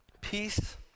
peace